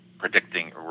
predicting